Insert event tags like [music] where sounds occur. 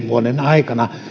[unintelligible] vuoden aikana